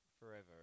Forever